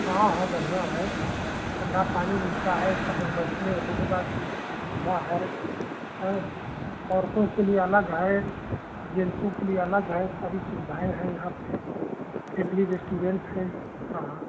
हाँ हाँ बढ़िया है ठंडा पानी मिलता है सब और बैठने उठने की सुविधा है औरतों के लिए अलग है जेंट्सों के लिए अलग है सारी सुविधाएँ हैं यहाँ पर फैमिली रेस्टोरेंट है हाँ